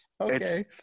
Okay